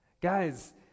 Guys